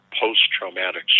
post-traumatic